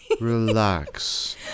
relax